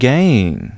Gang